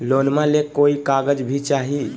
लोनमा ले कोई कागज भी चाही?